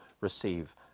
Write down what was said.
receive